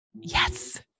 Yes